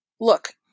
Look